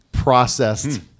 processed